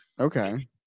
Okay